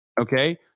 okay